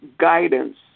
guidance